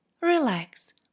relax